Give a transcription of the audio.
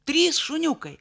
trys šuniukai